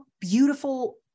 beautiful